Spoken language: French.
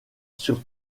sur